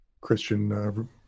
Christian